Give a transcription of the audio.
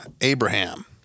Abraham